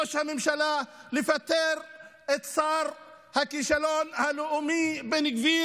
הממשלה לפטר את שר הכישלון הלאומי בן גביר,